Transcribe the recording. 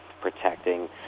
protecting